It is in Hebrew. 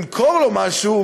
למכור לו משהו,